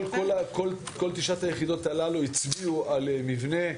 כל תשע היחידות הללו הצביעו על מבנה.